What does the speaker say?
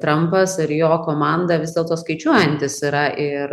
trampas ir jo komanda vis dėlto skaičiuojantys yra ir